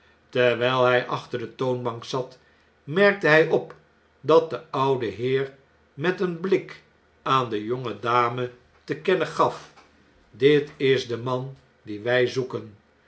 terwjjl hjj achter de toonbank zat merkte hjj op dat de oude heer met een blik aan de jonge dame te kennen gaf dit is de man dien wjj zoeken